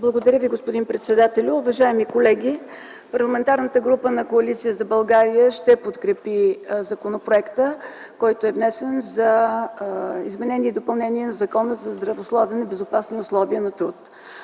Благодаря Ви, господин председателю. Уважаеми колеги! Парламентарната група на Коалиция за България ще подкрепи внесения Законопроект за допълнение на Закона за здравословни и безопасни условия на труд.